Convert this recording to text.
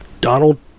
Donald